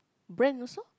brand also